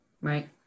Right